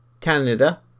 Canada